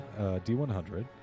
D100